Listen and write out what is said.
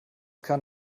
kann